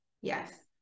yes